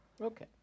Okay